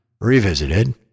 Revisited